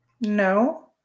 No